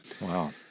Wow